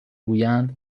گویند